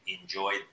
enjoy